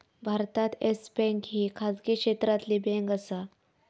भारतात Yes Bank ही खाजगी क्षेत्रातली बँक आसा